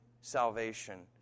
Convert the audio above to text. salvation